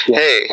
hey